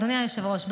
אדוני היושב-ראש,